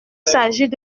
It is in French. s’agit